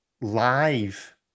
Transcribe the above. live